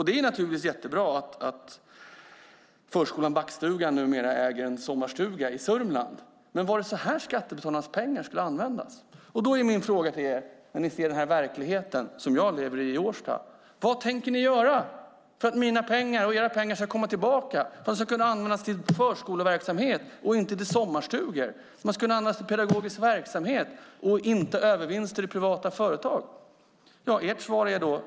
Det är naturligtvis jättebra att förskolan Backstugan numera äger en sommarstuga i Sörmland, men var det så skattebetalarnas pengar skulle användas? Min fråga till er när ni ser verkligheten i Årsta, den verklighet jag lever i, är: Vad tänker ni göra för att mina och era pengar ska komma tillbaka och kunna användas till förskoleverksamhet i stället för sommarstugor, till pedagogisk verksamhet i stället för övervinster i privata företag?